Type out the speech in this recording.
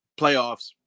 Playoffs